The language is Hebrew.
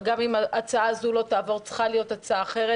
אבל גם אם ההצעה הזו לא תעבור צריכה להיות הצעה אחרת.